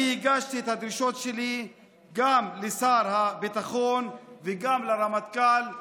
אני הגשתי את הדרישות שלי גם לשר הביטחון וגם לרמטכ"ל,